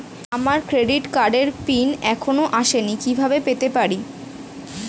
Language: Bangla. আমার ক্রেডিট কার্ডের পিন এখনো আসেনি কিভাবে পেতে পারি?